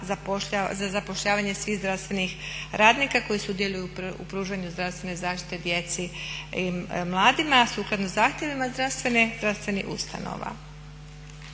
za zapošljavanje svih zdravstvenih radnika koji sudjeluju u pružanju zdravstvene zaštite djeci i mladima sukladno zahtjevima zdravstvenih ustanova.